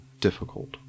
difficult